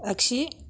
आगसि